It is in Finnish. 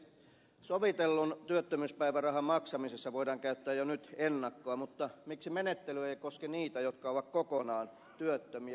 sovitellun työttömyyspäivärahan maksamisessa voidaan käyttää jo nyt ennakkoa mutta miksi menettely ei koske niitä jotka ovat kokonaan työttömiä